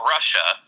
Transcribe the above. Russia